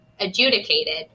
adjudicated